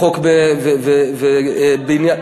לא זו הבעיה.